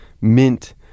mint